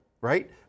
right